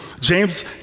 James